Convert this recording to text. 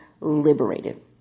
liberated